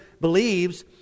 believes